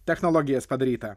technologijas padaryta